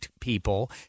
people